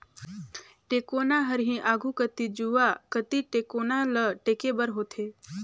टेकोना हर ही आघु कती जुवा कती टेकोना ल टेके बर होथे